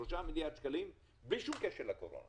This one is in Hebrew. ראשית, 3 מיליארד שקלים, בלי שום קשר לקורונה,